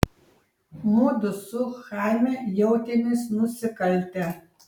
mudu su chaime jautėmės nusikaltę